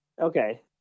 Okay